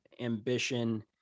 ambition